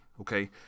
Okay